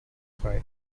file